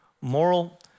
Moral